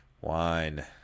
wine